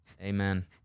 Amen